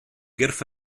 gyrff